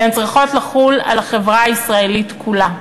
והן צריכות לחול על החברה הישראלית כולה.